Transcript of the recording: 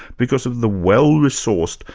because of the well resourced,